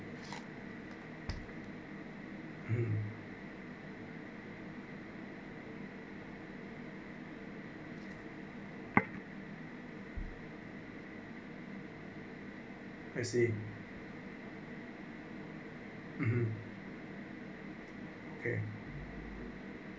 (uh huh) I see (uh huh) okay